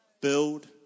Build